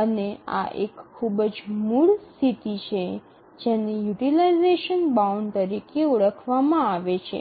અને આ એક ખૂબ જ મૂળ શરત છે જેને યુટીલાઈઝેશન બાઉન્ડ તરીકે ઓળખવામાં આવે છે